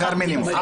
המינימום.